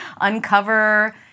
uncover